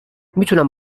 میتونم